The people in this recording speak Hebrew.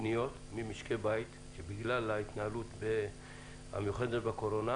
פניות ממשקי בית בגלל ההתנהלות המיוחדת בקורונה.